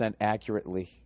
accurately